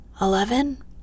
eleven